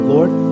Lord